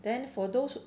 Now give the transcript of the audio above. then for those